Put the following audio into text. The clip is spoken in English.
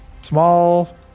small